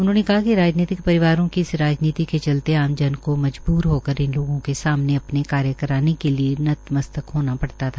उन्होंने कहा कि राजनीतिक परिवारों की इस राजनीति के चलते आमजन को मजबूर होकर इन लोगों के सामने अपने कार्य कराने के लिए नतमस्तक होना पड़ता था